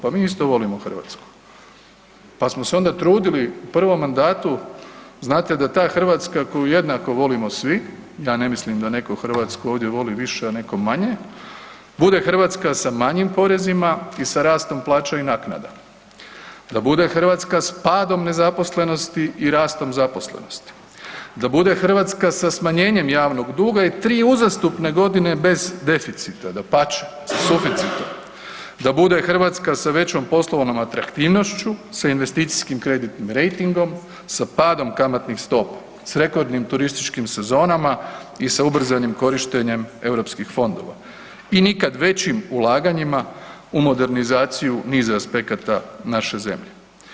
Pa mi isto volimo Hrvatsku, pa smo se onda trudili u prvom mandatu znate da ta Hrvatska koju jednako volimo svi, ja ne mislim da neko Hrvatsku ovdje voli više, a neko manje, bude Hrvatska sa manjim porezima i sa rastom plaća i naknada, da bude Hrvatska s padom nezaposlenosti i rastom zaposlenosti, da bude Hrvatska sa smanjenjem javnog duga i tri uzastopne godine bez deficita, dapače, sa suficitom, da bude Hrvatska sa većom poslovnom atraktivnošću, sa investicijskim kreditnim rejtingom, sa padom kamatnih stopa, s rekordnim turističkim sezonama i sa ubrzanim korištenjem europskih fondova i nikad većim ulaganjima u modernizaciju niza aspekata naše zemlje.